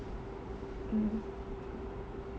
mm